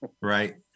right